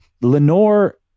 Lenore